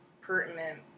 pertinent